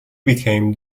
became